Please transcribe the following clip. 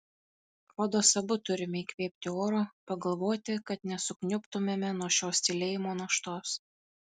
rodos abu turime įkvėpti oro pagalvoti kad nesukniubtumėme nuo šios tylėjimo naštos